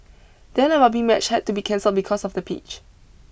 then a rugby match had to be cancelled because of the pitch